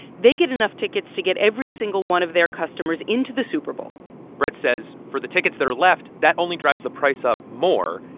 they get enough tickets to get every single one of their customers into the super bowl brett says for the tickets that are left, that only drives the price up more.